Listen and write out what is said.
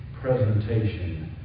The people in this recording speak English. presentation